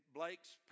Blake's